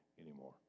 anymore